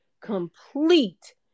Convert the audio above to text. complete